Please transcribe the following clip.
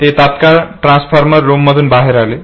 ते तात्काळ ट्रान्सफॉर्मर रूममधून बाहेर आले